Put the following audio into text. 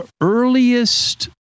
earliest